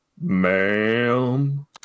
ma'am